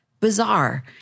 bizarre